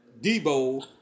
Debo